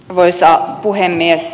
arvoisa puhemies